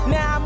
Now